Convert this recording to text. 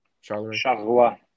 Charleroi